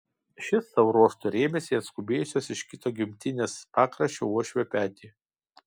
šis savo ruoštu rėmėsi į atskubėjusio iš kito gimtinės pakraščio uošvio petį